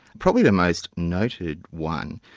probably the most noted one,